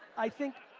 i think,